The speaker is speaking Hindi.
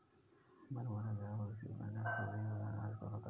मुरमुरे चावल से बने फूले हुए अनाज के प्रकार है